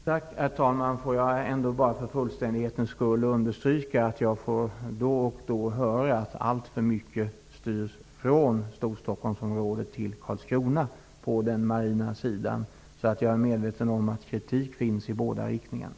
Herr talman! Tack. Får jag ändock för fullständighetens skull understryka att jag då och då får höra att alltför mycket styrs från Storstockholmsområdet till Karlskrona på den marina sidan. Jag är medveten om att det förekommer kritik i båda riktningarna.